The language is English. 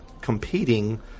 competing